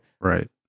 right